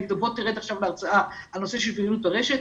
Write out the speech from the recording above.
ותאמר לו שירד להרצאה על נושא של פעילות ברשת,